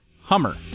Hummer